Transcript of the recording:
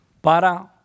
para